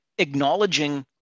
Acknowledging